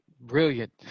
Brilliant